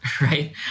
right